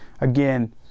Again